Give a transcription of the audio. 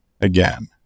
again